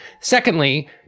Secondly